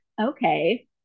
okay